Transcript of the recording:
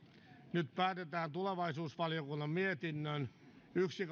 nyt päätetään tulevaisuusvaliokunnan mietinnön yksi